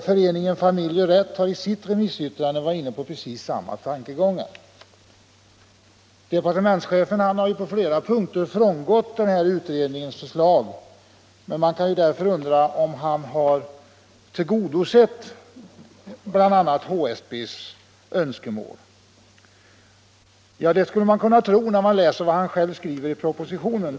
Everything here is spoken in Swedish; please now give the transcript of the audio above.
Föreningen Familj och rätt har i sitt remissyttrande varit inne på precis samma tankegångar. Departementschefen har på flera punkter frångått utredningens förslag, och man kan därför undra om han har tillgodosett bl.a. HSB:s önskemål. Det skulle man kunna tro när man läser vad han själv skriver i propositionen.